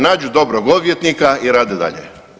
Nađu dobrog odvjetnika i rade dalje.